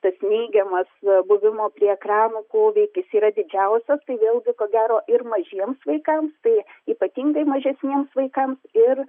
tas neigiamas na buvimo prie ekranų poveikis yra didžiausias tai vėlgi ko gero ir mažiems vaikams tai ypatingai mažesniems vaikams ir